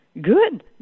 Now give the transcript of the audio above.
good